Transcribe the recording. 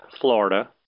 Florida